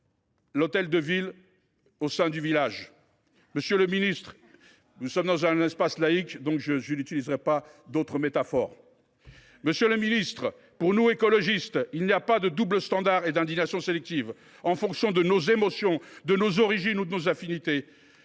l’hôtel de ville au centre du village. L’église ! Nous sommes dans un espace laïc, je n’utiliserai donc pas d’autre métaphore ! Monsieur le ministre, pour nous, écologistes, il n’y a pas de double standard et d’indignation sélective en fonction de nos émotions, de nos origines ou de nos affinités.